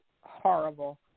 horrible